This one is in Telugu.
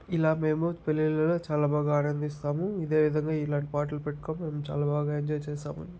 ఇలా మేము పెళ్ళిళ్ళలో చాలా బాగా ఆనందిస్తాము ఇదే విధంగా ఇలాంటి పాటలు పెట్టుకుని మేము చాలా బాగా ఎంజాయ్ చేశాము